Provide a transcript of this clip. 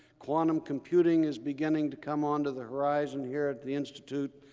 quantum computing is beginning to come onto the horizon here at the institute.